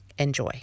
Enjoy